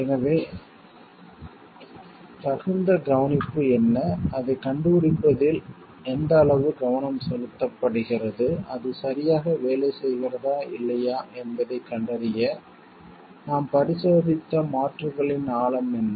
எனவே எடுக்கப்பட்ட தகுந்த கவனிப்பு என்ன அதைக் கண்டுபிடிப்பதில் எந்த அளவு கவனம் செலுத்தப்படுகிறது அது சரியாக வேலை செய்கிறதா இல்லையா என்பதைக் கண்டறிய நாம் பரிசோதித்த மாற்றுகளின் ஆழம் என்ன